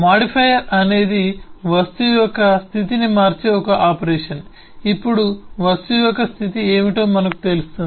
modifier అనేది వస్తువు యొక్క స్థితిని మార్చే ఒక ఆపరేషన్ ఇప్పుడు వస్తువు యొక్క స్థితి ఏమిటో మనకు తెలుస్తుంది